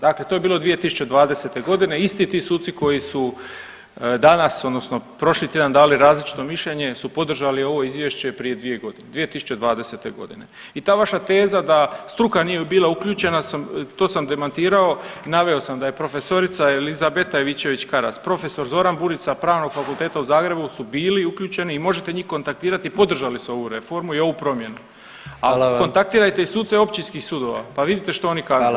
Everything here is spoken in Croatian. Dakle to je bilo 2020. g., isti ti suci koji su danas, odnosno prošli tjedan dali različito mišljenje su podržali ovo Izvješće prije 2 godine, 2020. g. I ta vaša teza da struka nije bila uključena sam, to sam demantirao, naveo sam da je profesorica Elizabeta Ivičević Karas, profesor Zoran Burić sa Pravnog fakulteta u Zagrebu su bili uključeni i možete njih kontaktirati, podržali su ovu reformu i ovu promjenu, a kontaktirajte [[Upadica: Hvala vam.]] i suce općinskih sudova pa vidite što oni kažu.